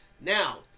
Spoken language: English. Now